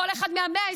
כל אחד מה-120,